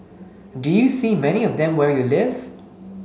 do you see many of them where you live